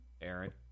Aaron